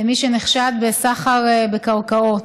במי שנחשד בסחר בקרקעות.